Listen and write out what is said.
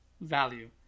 value